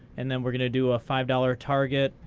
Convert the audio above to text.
and then we're going to do a five dollars target.